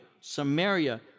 Samaria